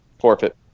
Forfeit